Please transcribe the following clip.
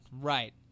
right